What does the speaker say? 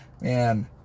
man